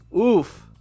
Oof